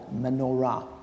menorah